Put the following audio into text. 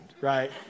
right